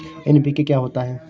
NPK क्या होता है?